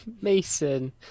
mason